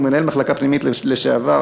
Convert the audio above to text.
ומנהל מחלקה פנימית לשעבר.